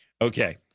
Okay